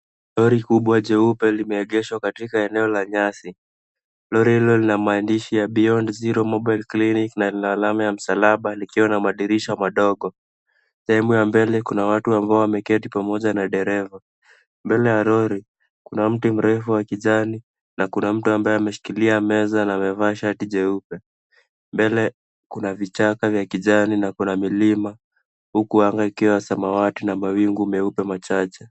Lori kubwa jeupe limeegeshwa katika eneo la nyasi. Lori hilo lina maandishi ya beyond zero mobile clinic na lina alama ya msalaba likiwa na madirisha madogo. Sehemu ya mbele kuna watu ambao wameketi pamoja na dereva. Mbele ya lori kuna mti mrefu wa kijani na kuna mtu ambaye ameshikilia meza na amevaa shati jeupe. Mbele kuna vichaka vya kijani na kuna milima huku anga ikiwa ya samawati na mawingu meupe machache.